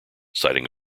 citing